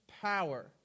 power